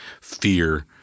fear